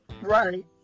right